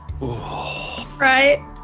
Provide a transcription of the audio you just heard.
Right